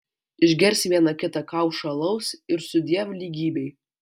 išgers vieną kita kaušą alaus ir sudiev lygybei